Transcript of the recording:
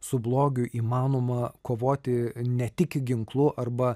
su blogiu įmanoma kovoti ne tik ginklu arba